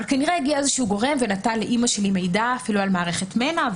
אבל כנראה הגיע איזשהו גורם ונתן לאימא שלי מידע אפילו על מערכת מנע,